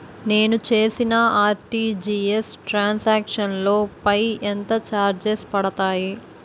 నేను చేసిన RTGS transaction లో పై ఎంత చార్జెస్ పడతాయి?